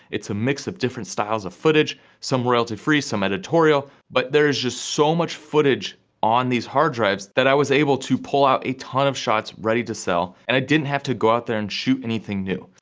it's a mix of different styles of footage, some royalty-free, some editorial, but there's just so much footage on these hard drives, that i was able to pull out a ton of shots, ready to sell, and i didn't have to go out there and shoot anything new.